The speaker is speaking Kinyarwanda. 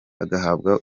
agahabwa